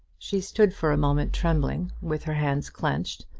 she stood for a moment trembling, with her hands clenched,